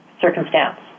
circumstance